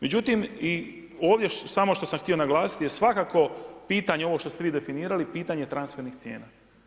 Međutim, i ovdje samo što sam htio naglasiti, je svakako pitanje ovo što ste vi definirali, pitanje transfernih cijena.